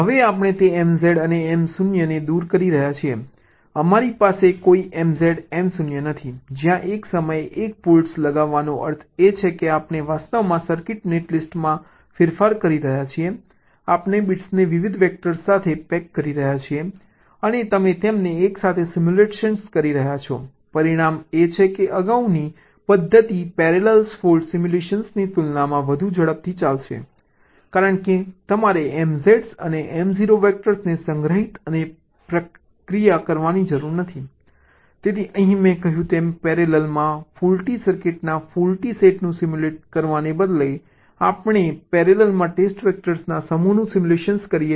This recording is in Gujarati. હવે આપણે તે MZ અને Mo ને દૂર કરી રહ્યા છીએ અમારી પાસે કોઈ MZ Mo નથી જ્યાં એક સમયે 1 ફોલ્ટ લગાવવાનો અર્થ એ છે કે આપણે વાસ્તવમાં સર્કિટ નેટલિસ્ટમાં ફેરફાર કરી રહ્યા છીએ આપણે બિટ્સને વિવિધ વેક્ટર સાથે પેક કરી રહ્યા છીએ અને તમે તેમને એકસાથે સિમ્યુલેટ કરી રહ્યાં છો પરિણામ એ છે કે આ અગાઉની પદ્ધતિ પેરેલલ ફોલ્ટ સિમ્યુલેશનની તુલનામાં વધુ ઝડપથી ચાલશે કારણ કે અમારે MZ અને Mo વેક્ટર્સને સંગ્રહિત અને પ્રક્રિયા કરવાની જરૂર નથી તેથી અહીં મેં કહ્યું તેમ પેરેલલમાં ફોલ્ટી સર્કિટના ફોલ્ટી સેટનું સિમ્યુલેટ કરવાને બદલે આપણે પેરેલલમાં ટેસ્ટ વેક્ટરના સમૂહનું સિમ્યુલેટ કરીએ છીએ